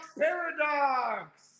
paradox